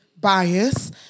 bias